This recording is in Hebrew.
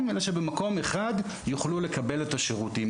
אלא יוכלו לקבל במקום אחד את כל השירותים.